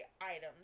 items